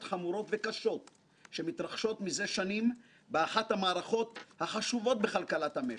חמורות וקשות שמתרחשות מזה שנים באחת המערכות החשובות בכלכלת המשק,